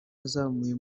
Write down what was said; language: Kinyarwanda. azamuye